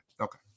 okay